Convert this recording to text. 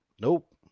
nope